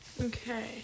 Okay